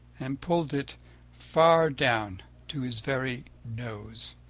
and pulled it far down to his very nose.